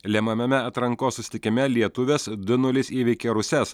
lemiamame atrankos susitikime lietuvės du nulis įveikė ruses